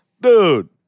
Dude